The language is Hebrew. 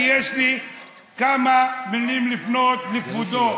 כי יש לי כמה מילים לפנות לכבודו.